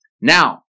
Now